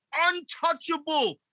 untouchable